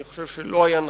אני חושב שלא היה נכון.